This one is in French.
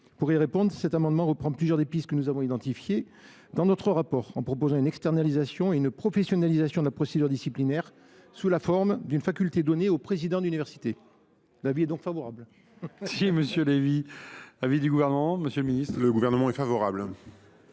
Pour y répondre, cet amendement reprend des pistes que nous avons identifiées dans notre rapport. Il tend à proposer une externalisation et une professionnalisation de la procédure disciplinaire sous la forme d’une faculté donnée aux présidents d’université. L’avis est donc favorable. Quel est l’avis du Gouvernement ? Le Gouvernement émet un avis favorable.